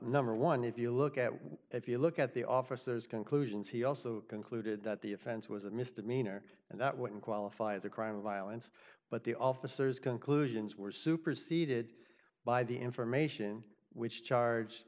number one if you look at if you look at the officers conclusions he also concluded that the offense was a misdemeanor and that wouldn't qualify as a crime of violence but the officers conclusions were superseded by the information which charge